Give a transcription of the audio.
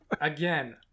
Again